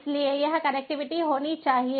इसलिए यह कनेक्टिविटी होनी चाहिए